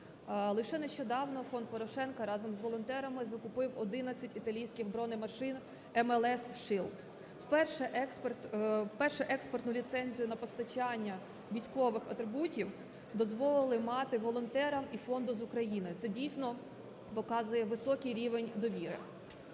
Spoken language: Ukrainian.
Лише нещодавно фонд Порошенка разом з волонтерами закупив 11 італійських бронемашин MLS SHIELD. Вперше експорт... Вперше експортну ліцензію на постачання військових атрибутів дозволили мати волонтерам і фонду з України. Це, дійсно, показує високий рівень довіри.